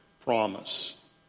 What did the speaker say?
promise